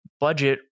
budget